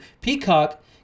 Peacock